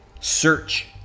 search